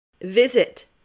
Visit